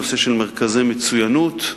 נושא של מרכזי מצוינות: